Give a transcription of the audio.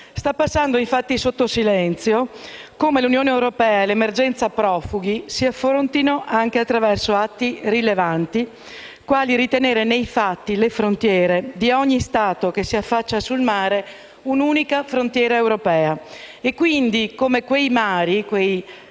Sta passando, infatti, sotto silenzio come l'Unione europea e l'emergenza profughi si affrontino anche attraverso atti rilevanti quali ritenere, nei fatti, le frontiere di ogni Stato che si affaccia sul mare una unica frontiera europea. Quindi, quei mari, quei